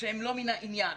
שהן לא מן העניין,